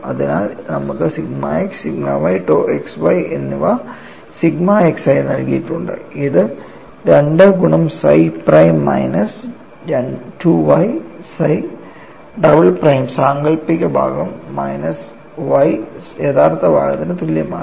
അതിനാൽ നമുക്ക് sigma x sigma y tau xy എന്നിവ സിഗ്മ x ആയി നൽകിയിട്ടുണ്ട് ഇത് 2 ഗുണം psi prime minus 2y psi double prime സാങ്കല്പിക ഭാഗം മൈനസ് Y യഥാർത്ഥ ഭാഗത്തിന് തുല്യമാണ്